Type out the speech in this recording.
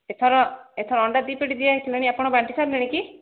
ଏଥର ଏଥର ଅଣ୍ଡା ଦି ପ୍ୟାକେଟ ଦିଆ ହୋଇସାରିଲାଣି ଆପଣ ବାଣ୍ଟି ସାରିଲେଣି କି